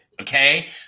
okay